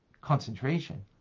concentration